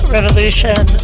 Revolution